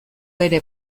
ere